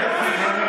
אתם בטח סקרנים,